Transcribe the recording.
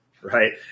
Right